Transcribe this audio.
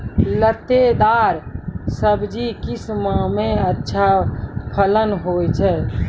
लतेदार दार सब्जी किस माह मे अच्छा फलन होय छै?